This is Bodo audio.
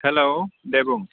हैल्ल' दे बुं